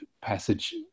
passage